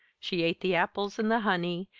she ate the apples and the honey,